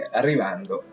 arrivando